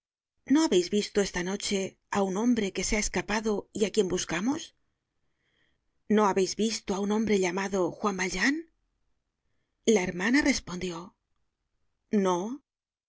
no habeis visto esta noche á un hombre que se ha escapado y á quien buscamos no habeis visto á un hombre llamado juan valjean la hermana respondió no